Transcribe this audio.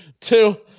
two